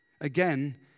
Again